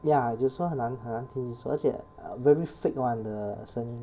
ya 有时候很难很难听 also 而且 v~ very fake [one] the 声音